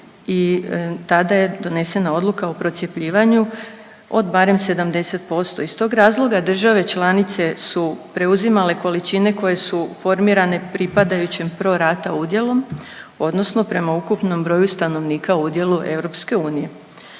i tada je donesena odluka o procjepljivanju od barem 70%. Iz tog razloga države članice su preuzimale količine koje su formirane pripadajućem pro rata udjelom odnosno prema ukupnom broju stanovnika u udjelu EU.